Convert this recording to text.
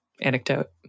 anecdote